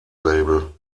label